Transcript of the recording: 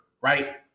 right